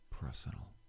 personal